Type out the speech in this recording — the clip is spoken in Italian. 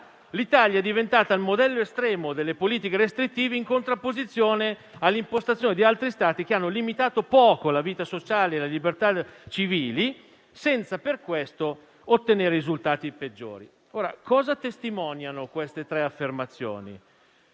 «l'Italia è diventata il modello estremo delle politiche restrittive in contrapposizione all'impostazione di altri Stati che hanno limitato poco la vita sociale e le libertà civili (...), senza per questo ottenere risultati peggiori». Queste tre affermazioni